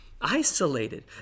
isolated